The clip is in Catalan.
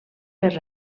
per